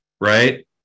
Right